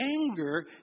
Anger